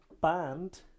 band